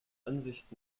ansicht